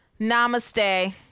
namaste